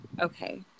okay